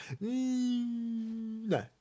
No